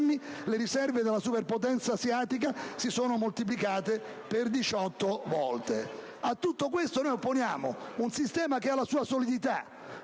le riserve della superpotenza asiatica si sono moltiplicate per 18 volte. A tutto questo opponiamo un sistema che ha la sua solidità: